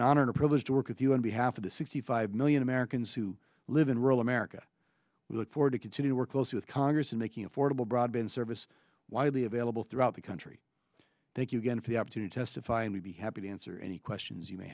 in honor privileged to work with you on behalf of the sixty five million americans who live in rural america we look forward to continue to work closely with congress in making affordable broadband service widely available throughout the country thank you again for the opportunity to finally be happy to answer any questions you may